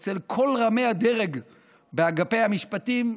אצל כל רמי הדרג באגפי המשפטים,